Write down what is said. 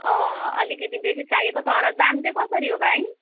अँ अलिकति बेसी चाहिएको तर दाम चाहिँ कसरी हो भाइ